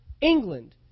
England